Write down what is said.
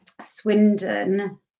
Swindon